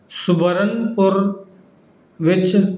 ਸੁਬਰਨਪੁਰ ਵਿੱਚ